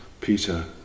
Peter